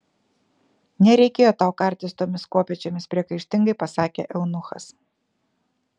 nereikėjo tau kartis tomis kopėčiomis priekaištingai pasakė eunuchas